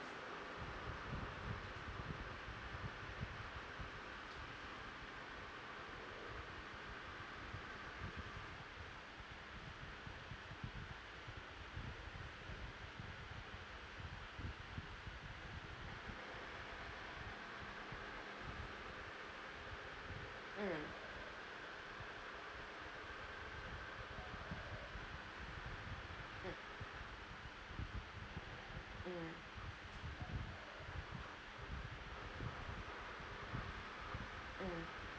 mm mm mm mm